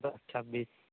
ᱫᱚᱥ ᱪᱷᱟᱵᱵᱤᱥ